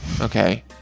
okay